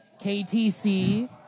KTC